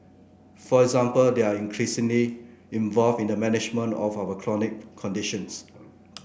for example they are increasingly involved in the management of our chronic conditions